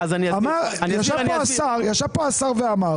יש פה השר ואמר